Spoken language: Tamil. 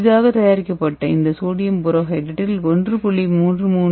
புதிதாக தயாரிக்கப்பட்ட இந்த சோடியம் போரோஹைட்ரைடில் 1